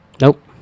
Nope